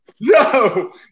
No